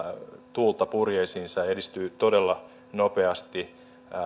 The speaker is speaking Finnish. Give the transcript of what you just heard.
tuulta purjeisiinsa ja edistyy todella nopeasti